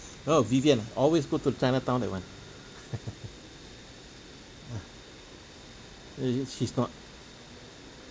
oh vivian ah always go to the chinatown that one uh she's not